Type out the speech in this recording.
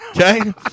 Okay